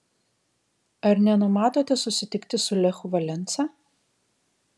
ar nenumatote susitikti su lechu valensa